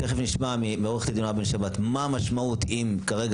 תכף נשמע מעו"ד נעה בן שבת מה המשמעות אם כרגע